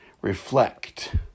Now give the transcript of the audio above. reflect